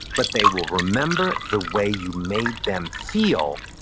but they will remember the way you made them feel,